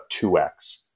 2x